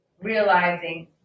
realizing